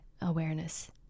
awareness